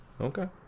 Okay